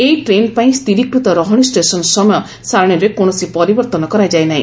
ଏହି ଟ୍ରେନ୍ ପାଇଁ ସ୍ଥିରୀକୃତ ରହଣୀ ଷ୍ଟେସନ ସମୟ ସାରଣୀରେ କୌଣସି ପରିବର୍ଭନ କରାଯାଇନାହି